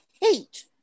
hate